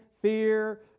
fear